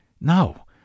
No